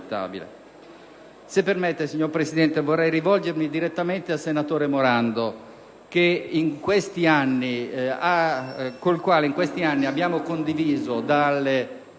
Se permette, signor Presidente, vorrei rivolgermi direttamente al senatore Morando, con il quale, in questi anni, abbiamo condiviso, dalle